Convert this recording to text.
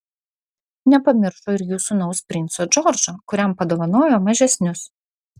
nepamiršo ir jų sūnaus princo džordžo kuriam padovanojo mažesnius